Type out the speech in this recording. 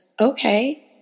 okay